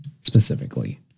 specifically